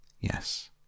Yes